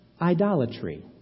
idolatry